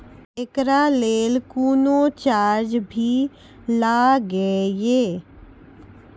एकरा लेल कुनो चार्ज भी लागैये?